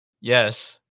Yes